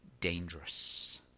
dangerous